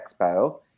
Expo